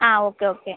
ആ okay okay